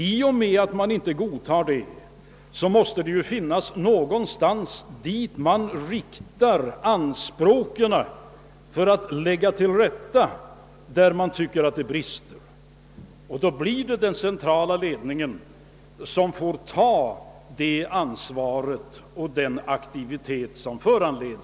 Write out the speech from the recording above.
I och med att han inte godtar det måste det finnas någon instans mot vilken han kan rikta sina anspråk när han tycker att någonting brister, och då blir det den centrala ledningen som får ta det ansvaret.